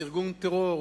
כארגון טרור,